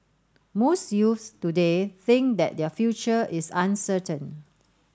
most youths today think that their future is uncertain